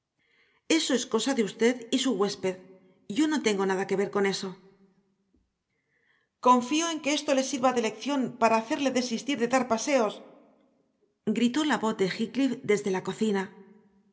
eso es cosa de usted y su huésped yo no tengo nada que ver con eso confío en que esto le sirva de lección para hacerle desistir de dar paseos gritó la voz de heathcliff desde la cocina